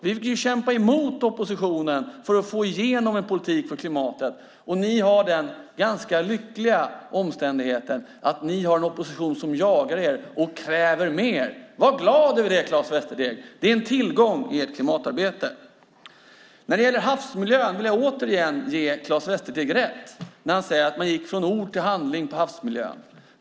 Vi fick kämpa emot oppositionen för att få igenom en politik för klimatet. Ni har den ganska lyckliga omständigheten att ni har en opposition som jagar er och kräver mer. Var glad över det, Claes Västerteg! Det är en tillgång i ert klimatarbete. När det gäller havsmiljön vill jag återigen ge Claes Västerteg rätt. Han säger att man gick från ord till handling när det gäller havsmiljön.